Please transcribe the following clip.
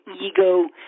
ego